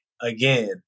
again